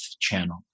channel